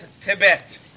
Tibet